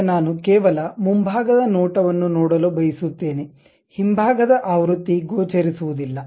ಈಗ ನಾನು ಕೇವಲ ಮುಂಭಾಗದ ನೋಟವನ್ನು ನೋಡಲು ಬಯಸುತ್ತೇನೆ ಹಿಂಭಾಗದ ಆವೃತ್ತಿ ಗೋಚರಿಸುವುದಿಲ್ಲ